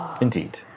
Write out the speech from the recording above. Indeed